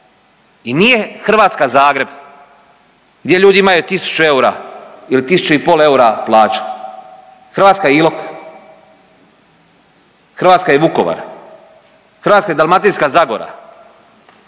I nije Hrvatska Zagreb gdje ljudi imaju tisuću eura ili tisuću i pol eura plaću, Hrvatska je Ilok, Hrvatska je Vukovar, Hrvatska je Dalmatinska zagora,